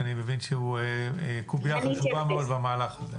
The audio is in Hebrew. כי אני מבין שהוא קובייה חשובה מאוד במהלך הזה.